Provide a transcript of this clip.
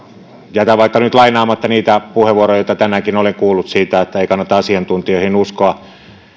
jätän nyt vaikka lainaamatta niitä puheenvuoroja joita tänäänkin olen kuullut siitä että ei kannata asiantuntijoihin uskoa